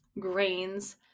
grains